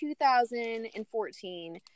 2014